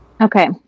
okay